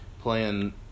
playing